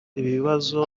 ikibazo